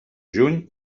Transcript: juny